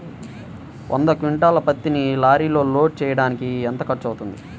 వంద క్వింటాళ్ల పత్తిని లారీలో లోడ్ చేయడానికి ఎంత ఖర్చవుతుంది?